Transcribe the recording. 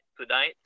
tonight